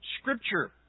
Scripture